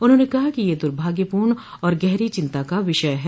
उन्होंने कहा कि यह दुर्भाग्यपूर्ण और गहरी चिंता का विषय है